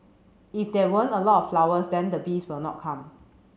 if there weren't a lot of flowers then the bees will not come